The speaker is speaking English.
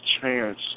chance